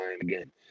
again